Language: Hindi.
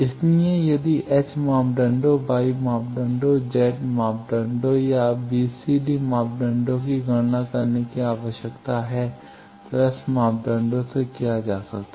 इसलिए यदि H मापदंडों Y मापदंडों Z मापदंडों या b c d मापदंडों की गणना करने की आवश्यकता है तो S मापदंडों से किया जा सकता है